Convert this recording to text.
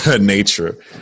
nature